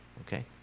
Okay